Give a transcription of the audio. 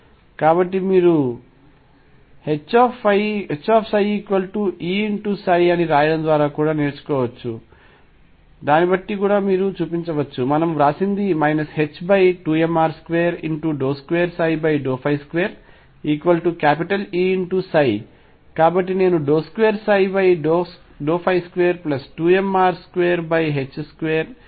కాబట్టి మీరు దీనినిHψEψ అని వ్రాయడం ద్వారా కూడా నేరుగా చూడవచ్చు మనము వ్రాసినది 2mR222Eψ కాబట్టి నేను 222mR22 Eψ0 ని పొందబోతున్నాను